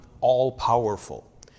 all-powerful